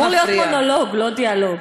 זה אמור להיות מונולוג, לא דיאלוג.